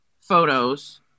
Photos